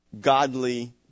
godly